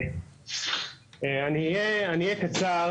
אני אהיה קצר.